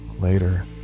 Later